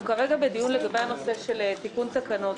אנחנו כרגע בדיון לגבי תיקון תקנות.